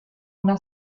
una